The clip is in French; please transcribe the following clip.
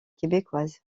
québécoise